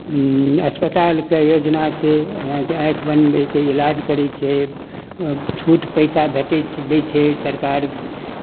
अस्पतालके योजना छै जेनाकि आँखि बनबयके ईलाज करै छै छूट पैसा भेटै छै दै छै सरकार